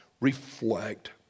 reflect